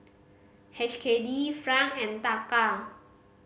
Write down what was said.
H K D Franc and Taka